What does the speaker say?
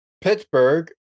Pittsburgh